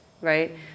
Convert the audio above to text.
right